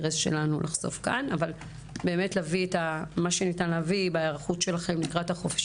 אבל מה ניתן להביא מההיערכות שלכם לקראת החופש